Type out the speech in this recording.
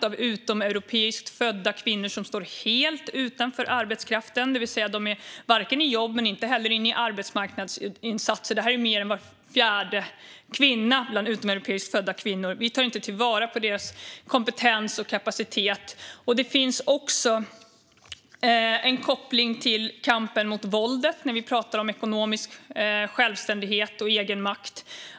Av utomeuropeiskt födda kvinnor står 26 procent helt utanför arbetskraften, det vill säga de är varken i jobb eller i arbetsmarknadsinsatser. Det är alltså mer än var fjärde utomeuropeiskt född kvinna vars kompetens och kapacitet vi inte tar till vara. Det finns också en koppling till kampen mot våldet när vi talar om ekonomisk självständighet och egenmakt.